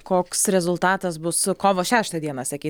koks rezultatas bus kovo šeštą dieną sakei